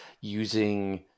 using